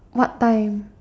what time